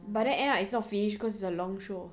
but then end it's not finished cause it's a long show